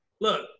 look